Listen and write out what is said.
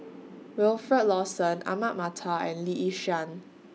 Wilfed Lawson Ahmad Mattar and Lee Yi Shyan